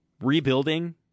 Rebuilding